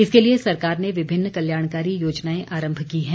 इसके लिए सरकार ने विभिन्न कल्याणकारी योजनाएं आरम्भ की हैं